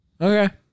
Okay